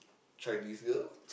Chinese girl